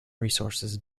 resources